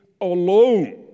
alone